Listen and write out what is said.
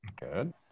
good